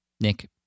Nick